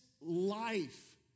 life